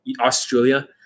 Australia